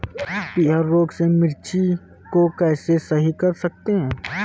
पीहर रोग से मिर्ची को कैसे सही कर सकते हैं?